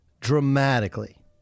dramatically